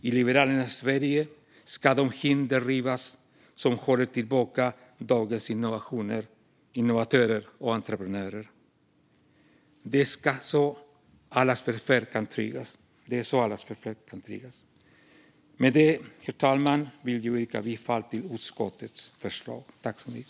I Liberalernas Sverige ska de hinder rivas som håller tillbaka dagens innovatörer och entreprenörer. Det är så allas välfärd kan tryggas. Med det, herr talman, vill jag yrka bifall till utskottets förslag i betänkandet.